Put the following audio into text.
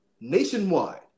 nationwide